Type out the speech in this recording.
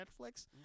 Netflix